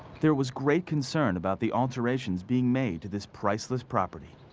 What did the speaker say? there was great concern about the alterations being made to this priceless property.